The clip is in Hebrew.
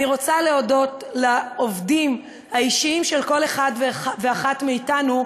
אני רוצה להודות לעובדים האישיים של כל אחד ואחת מאתנו,